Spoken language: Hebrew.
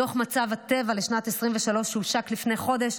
דוח מצב הטבע לשנת 2023, שהושק לפני חודש,